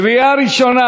קריאה ראשונה.